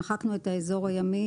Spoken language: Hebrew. - מחקנו את "האזור הימי".